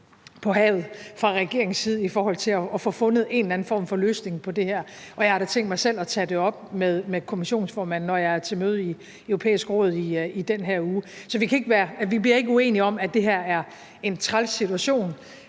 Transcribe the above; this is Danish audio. på havet fra regeringens side i forhold til at få fundet en eller anden form for løsning på det her, og jeg har da tænkt mig selv at tage det op med kommissionsformanden, når jeg er til møde i Det Europæiske Råd i den her uge. Så vi bliver ikke uenige om, at det her er en træls situation,